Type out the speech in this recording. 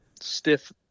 stiff